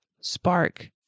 spark